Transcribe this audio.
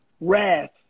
wrath